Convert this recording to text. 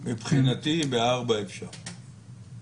תיכף נבדוק את העניין.